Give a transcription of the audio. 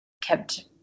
kept